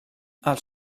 els